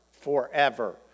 forever